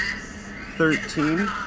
thirteen